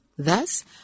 Thus